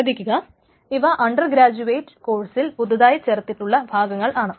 ശ്രദ്ധിക്കുകഇവ undergraduate database കോഴ്സിന്റെ പുതിയതായി ചേർത്തിട്ടുള്ള ഭാഗങ്ങൾ ആണ്